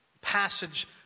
passage